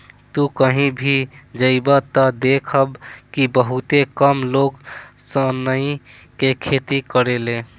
तू कही भी जइब त देखब कि बहुते कम लोग सनई के खेती करेले